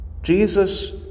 Jesus